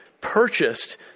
purchased